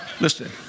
Listen